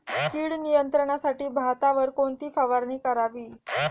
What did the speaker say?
कीड नियंत्रणासाठी भातावर कोणती फवारणी करावी?